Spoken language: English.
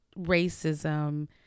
racism